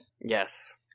Yes